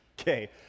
Okay